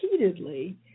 repeatedly